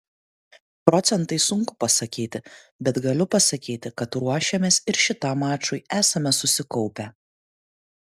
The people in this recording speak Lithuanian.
procentais sunku pasakyti bet galiu pasakyti kad ruošėmės ir šitam mačui esame susikaupę